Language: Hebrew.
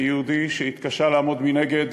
כיהודי שהתקשה לעמוד מנגד,